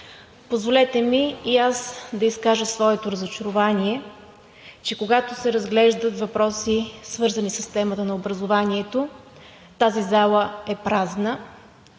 позволете ми и аз да изкажа своето разочарование, че когато се разглеждат въпроси, свързани с темата на образованието, тази зала е празна.